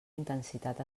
intensitat